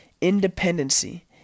Independency